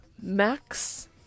Max